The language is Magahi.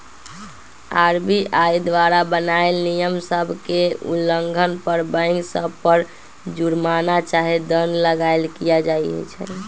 आर.बी.आई द्वारा बनाएल नियम सभ के उल्लंघन पर बैंक सभ पर जुरमना चाहे दंड लगाएल किया जाइ छइ